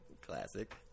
classic